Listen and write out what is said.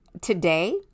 Today